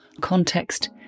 context